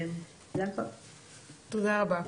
תודה רבה.